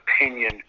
opinion